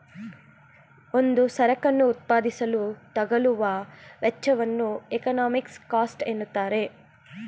ಒಂದು ಸರಕನ್ನು ಉತ್ಪಾದಿಸಲು ತಗಲುವ ವೆಚ್ಚವನ್ನು ಎಕಾನಮಿಕ್ ಕಾಸ್ಟ್ ಎನ್ನುತ್ತಾರೆ